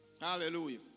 Hallelujah